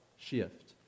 shift